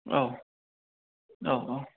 औ औ औ